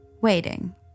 waiting